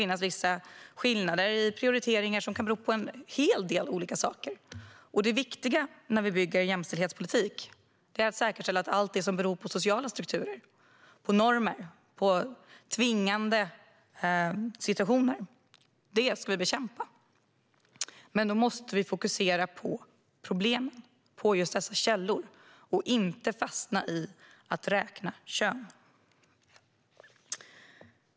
Vissa skillnader i prioriteringar kan bero på en hel del olika saker. Det viktiga när vi bygger jämställdhetspolitik är att säkerställa att vi ska bekämpa allt som beror på sociala strukturer, normer och tvingande situationer. Men då måste vi fokusera på problemen, på just källor, och inte fastna i att räkna kön.